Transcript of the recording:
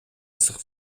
ысык